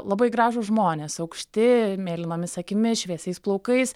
labai gražūs žmonės aukšti mėlynomis akimis šviesiais plaukais